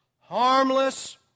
harmless